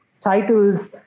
titles